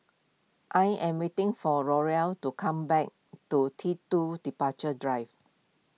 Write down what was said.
I am waiting for to come back two T two Departure Drive